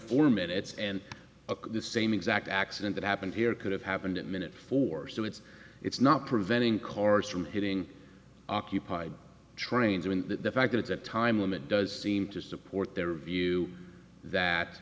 four minutes and the same exact accident that happened here could have happened at minute four so it's it's not preventing chorus from hitting occupied trains when the fact that it's a time limit does seem to support their view that